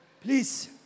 Please